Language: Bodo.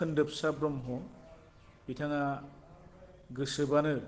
खोनदोबसा ब्रह्म बिथाङा गोसोबानो